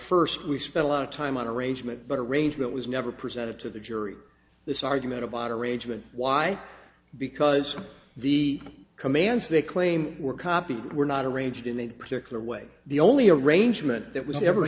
first we spent a lot of time on arrangement but arrangement was never presented to the jury this argument about arrangement why because the commands they claim were copied were not arranged in a particular way the only arrangement that was ever